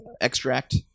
Extract